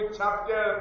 chapter